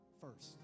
first